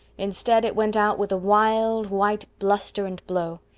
instead, it went out with a wild, white bluster and blow.